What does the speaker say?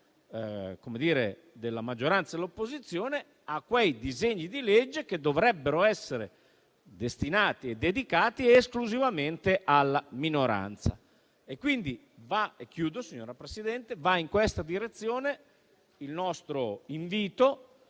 della maggioranza e dell'opposizione, a quei disegni di legge che dovrebbero essere destinati e dedicati esclusivamente alla minoranza. Signor Presidente, va dunque in questa direzione il nostro invito.